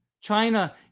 China